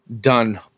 done